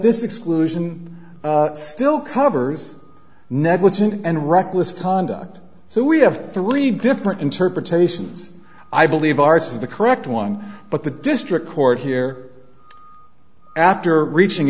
this exclusion still covers negligent and reckless conduct so we have three different interpretations i believe ours is the correct one but the district court here after reaching